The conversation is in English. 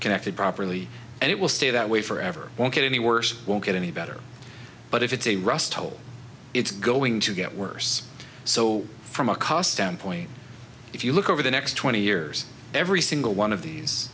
connected properly and it will stay that way forever won't get any worse won't get any better but if it's a rust hole it's going to get worse so from a cost standpoint if you look over the next twenty years every single one of these